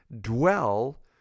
dwell